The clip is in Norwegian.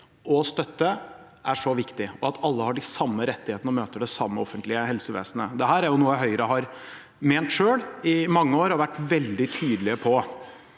støtte er så viktig, og at alle har de samme rettighetene og møter det samme offentlige helsevesenet. Dette er jo noe Høyre har ment selv i mange år og har vært veldig tydelig på.